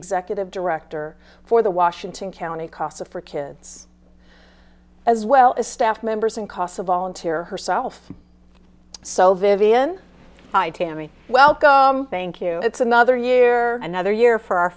executive director for the washington county casa for kids as well as staff members and casa volunteer herself so vivian hi tammy well thank you it's another year another year for our